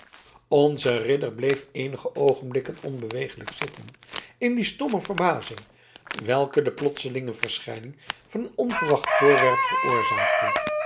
onze ridder bleef eenige oogenblikken onbeweeglijk zitten in die stomme verbazing welke de plotselinge verschijning van een onverwacht voorwerp veroorzaakte